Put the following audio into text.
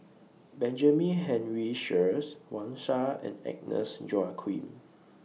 Benjamin Henry Sheares Wang Sha and Agnes Joaquim